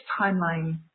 timeline